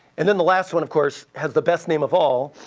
and then the last one, of course, has the best name of all,